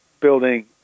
building